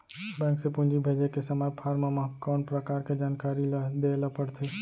Bank से पूंजी भेजे के समय फॉर्म म कौन परकार के जानकारी ल दे ला पड़थे?